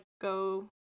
go